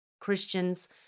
Christians